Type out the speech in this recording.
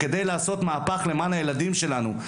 כדי לעשות מהפך למען הילדים שלנו,